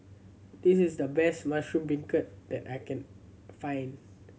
this is the best mushroom beancurd that I can find